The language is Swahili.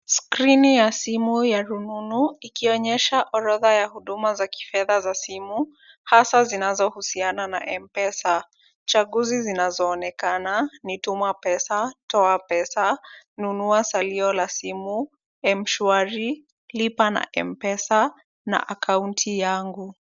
Skrini ya simu ya rununu ikionyesha orodha ya huduma ya kifedha ya simu, hasa zinazohusiana na M-Pesa. Chaguzi zinazoonekana ni tuma pesa, toa pesa, nunua salio la simu, Mshwari, lipa na M-Pesa na akaunti yangu.